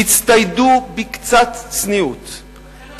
תצטיידו בקצת צניעות,